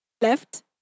left